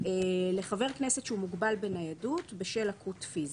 לחבר כנסת שהוא מוגבל בניידות בשל לקות פיזית.